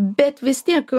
bet vis tiek